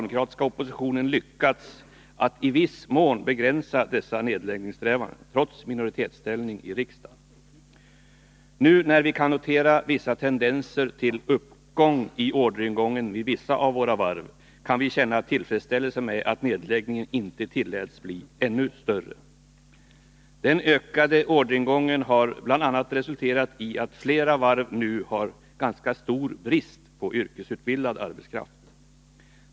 Med en stark argumentering har den socialdemokratiska oppositionen lyckats att i viss mån begränsa dessa nedläggningssträvanden, trots minoritetsställningen i riksdagen. Nu när vi kan notera vissa tendenser till uppgång i orderingången vid några av våra varv, kan vi känna tillfredsställelse med att nedläggningarna inte tilläts bli ännu större. Den ökade orderingången har bl.a. resulterat i att flera varv nu har ganska stor brist på yrkesutbildad arbetskraft.